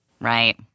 Right